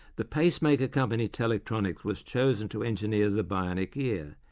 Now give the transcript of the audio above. the pacemaker company telectronics was chosen to engineer the bionic ear,